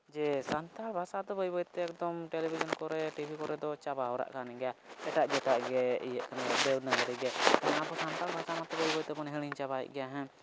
ᱡᱮ ᱥᱟᱱᱛᱟᱲ ᱵᱷᱟᱥᱟ ᱫᱚ ᱵᱟᱹᱭ ᱵᱟᱹᱭᱛᱮ ᱮᱠᱫᱚᱢ ᱴᱤᱞᱤᱵᱷᱤᱥᱚᱱ ᱠᱚᱨᱮ ᱴᱤᱵᱷᱤ ᱠᱚᱨᱮᱫᱚ ᱪᱟᱵᱟ ᱦᱚᱨᱟᱜ ᱠᱟᱱᱜᱮᱭᱟ ᱮᱴᱟᱜ ᱮᱴᱟᱜᱼᱜᱮ ᱤᱭᱟᱹᱜ ᱠᱟᱱᱟ ᱫᱮᱵᱽᱱᱟᱜᱚᱨᱤ ᱜᱮ ᱚᱱᱟ ᱠᱚ ᱥᱟᱱᱛᱟᱞ ᱵᱷᱟᱥᱟ ᱢᱟᱛᱚ ᱵᱟᱹᱭ ᱵᱟᱹᱭ ᱛᱮᱵᱚᱱ ᱦᱤᱲᱤᱧ ᱪᱟᱵᱟᱭᱮᱫ ᱜᱮᱭᱟ